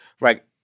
Right